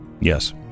Yes